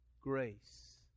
grace